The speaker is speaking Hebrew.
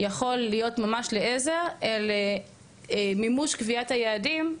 יכול להיות ממש לעזר למימוש קביעת היעדים.